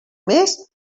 més